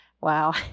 Wow